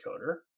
Decoder